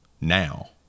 now